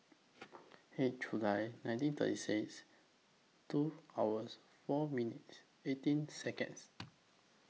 eight July nineteen thirty six two hours four minutes eighteen Seconds